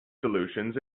solutions